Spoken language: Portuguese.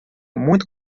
muito